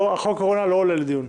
חוק הקורונה לא עולה לדיון.